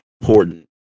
important